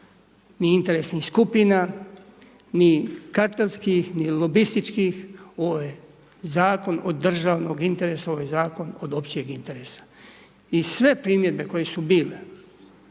ni interesnih skupina ni .../Govornik se ne razumije./... ni lobističkih, ovo je zakon od državnog interesa, ovo je zakon od općeg interesa. I sve primjedbe koje su bile,